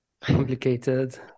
Complicated